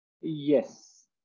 Yes